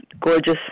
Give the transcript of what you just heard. gorgeous